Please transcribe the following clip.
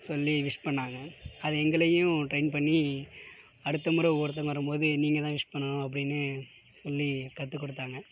சொல்லி விஷ் பண்ணாங்க அது எங்களையும் ட்ரைன் பண்ணி அடுத்த முறை ஒவ்வொருத்தங்க வரும்போது நீங்கள்தான் விஷ் பண்ணணும் அப்படின்னு சொல்லி கற்றுக் கொடுத்தாங்க